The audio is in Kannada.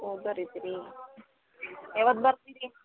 ಹೋಗರ ಇದ್ರಿ ಯಾವತ್ತು ಬರ್ತಿರಿ